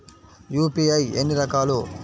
UPI ఎన్ని రకాలు?